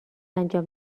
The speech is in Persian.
انجام